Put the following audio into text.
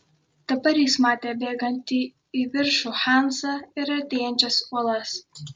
dabar jis matė bėgantį į viršų hansą ir artėjančias uolas